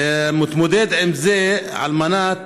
מתמודד עם זה על מנת,